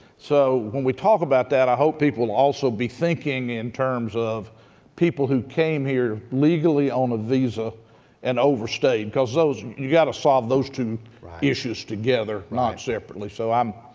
so when we talk about that, i hope people will also be thinking in terms of people who came here legally on a visa and overstayed, because those you got to solve those two issues together, not separately. so i'm